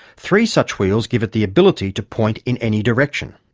three such wheels give it the ability to point in any direction.